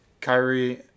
Kyrie